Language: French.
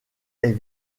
est